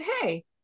hey